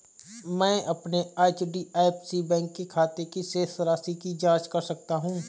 मैं अपने HDFC bank के खाते की शेष राशि की जाँच कैसे कर सकता हूँ?